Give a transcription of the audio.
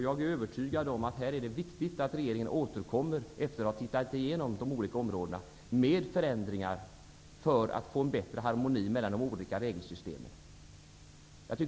Jag är övertygad om att det är viktigt att regeringen, efter att ha tittat igenom de olika områdena, återkommer med förändringar för att få en bättre harmoni mellan de olika regelsystemen.